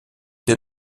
des